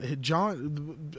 John